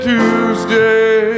Tuesday